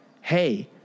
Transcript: hey